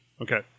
Okay